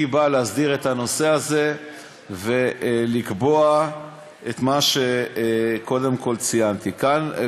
באה להסדיר את הנושא הזה ולקבוע את מה שציינתי כאן.